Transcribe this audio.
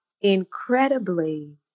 incredibly